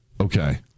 Okay